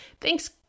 thanks